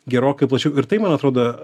gerokai plačiau ir tai man atrodo